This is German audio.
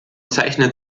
zeichnet